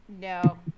no